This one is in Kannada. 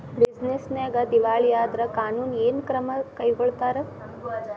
ಬಿಜಿನೆಸ್ ನ್ಯಾಗ ದಿವಾಳಿ ಆದ್ರ ಕಾನೂನು ಏನ ಕ್ರಮಾ ಕೈಗೊಳ್ತಾರ?